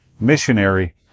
missionary